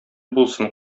булсын